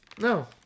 no